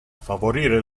favorire